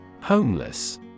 Homeless